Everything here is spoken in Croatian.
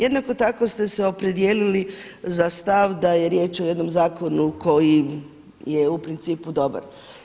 Jednako tako ste se opredijelili za stav da je riječ o jednom zakonu koji je u principu dobar.